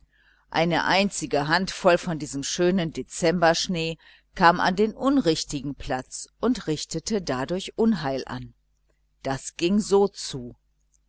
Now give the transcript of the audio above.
eine einzige hand voll von diesem schönen dezemberschnee kam an den unrichtigen platz und richtete dadurch unheil an das ging so zu